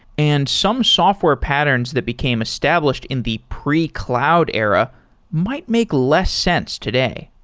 and some software patterns that became established in the pre-cloud era might make less sense today.